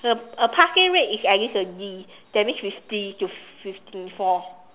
a a passing rate is at least a D that means fifty to fifty four